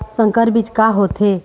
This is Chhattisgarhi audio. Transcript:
संकर बीज का होथे?